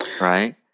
right